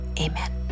Amen